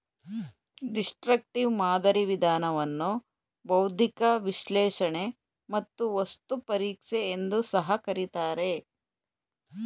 destructive ಮಾದರಿ ವಿಧಾನವನ್ನು ಬೌದ್ಧಿಕ ವಿಶ್ಲೇಷಣೆ ಮತ್ತು ವಸ್ತು ಪರೀಕ್ಷೆ ಎಂದು ಸಹ ಕರಿತಾರೆ